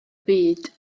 byd